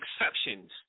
exceptions